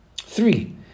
three